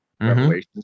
revelations